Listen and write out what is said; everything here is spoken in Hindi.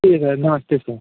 ठीक है नमस्ते सर